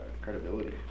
credibility